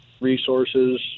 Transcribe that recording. resources